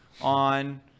on